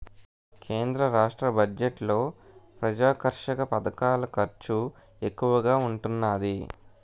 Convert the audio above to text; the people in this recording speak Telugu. కేంద్ర రాష్ట్ర బడ్జెట్లలో ప్రజాకర్షక పధకాల ఖర్చు ఎక్కువగా ఉంటున్నాది